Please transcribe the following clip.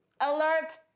Alert